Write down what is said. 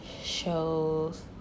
shows